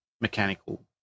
mechanical